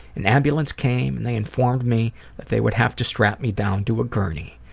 an ambulance came and they informed me that they would have to strap me down to a gurney.